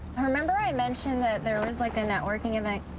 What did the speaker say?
remember i mentioned that there was like a networking event?